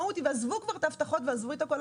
עזבו את כבר את ההבטחות ועזבו את הכול,